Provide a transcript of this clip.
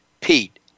Pete